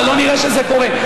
אבל לא נראה שזה קורה.